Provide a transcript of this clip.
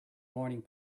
morning